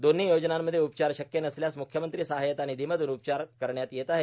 दोन्ही योजनांमध्ये उपचार शक्य नसल्यास म्ख्यमंत्री सहाय्यता र्णनधीमधून उपचार करण्यात येत आहे